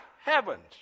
heavens